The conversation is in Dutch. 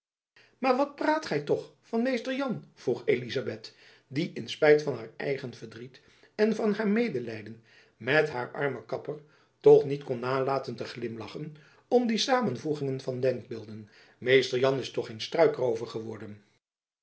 maar wat praat gy toch van mr jan vroeg elizabeth die in spijt van haar eigen verdriet en van haar medelijden met haar armen kapper toch niet kon nalaten te glimlachen om die samenvoeging van denkbeelden mr jan is toch geen struikroover geworden